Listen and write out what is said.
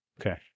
Okay